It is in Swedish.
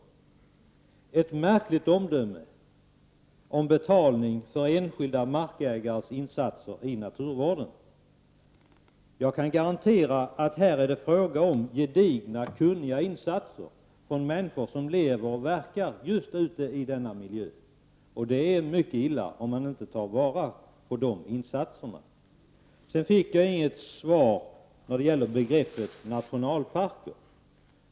Det är ett märkligt omdöme i fråga om betalning till enskilda markägare för deras insatser i naturvården. Jag kan garantera att det här handlar om gedigna och kunniga insatser från människor som lever och verkar just ute i denna miljö. Det är mycket illa om vi inte tar till vara deras insatser. Jag fick inget svar på min fråga om begreppet nationalparker.